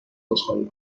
عذرخواهی